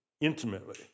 intimately